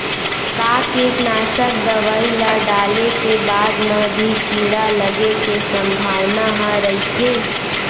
का कीटनाशक दवई ल डाले के बाद म भी कीड़ा लगे के संभावना ह रइथे?